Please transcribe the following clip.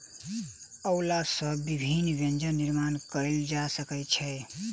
अउलुआ सॅ विभिन्न व्यंजन निर्माण कयल जा सकै छै